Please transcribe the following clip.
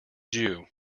jew